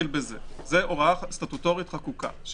זו הוראה סטטוטורית חקוקה.